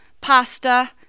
pasta